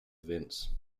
events